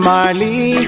Marley